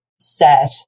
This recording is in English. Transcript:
set